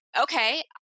okay